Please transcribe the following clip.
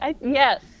yes